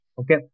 Okay